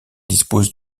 dispose